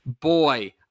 boy